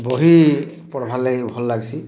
ବହି ପଢ଼୍ବାର୍ ଲାଗି ଭଲ୍ ଲାଗ୍ସି